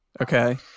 okay